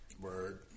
Word